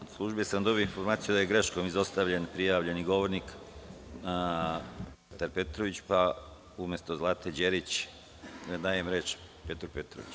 Od službe sam dobio informaciju da je greškom dostavljen prijavljen govornik Petar Petrović, pa umesto Zlate Đerić dajem reč Petru Petroviću.